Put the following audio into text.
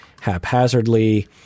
haphazardly